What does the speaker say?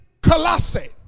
Colossae